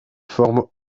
forme